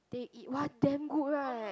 they eat one damn good right